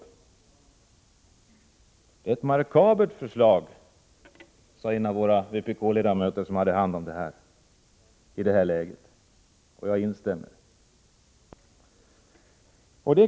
Det är fråga om ett makabert förslag, sade en av våra vpk-ledamöter, som hade hand om detta. Jag instämmer.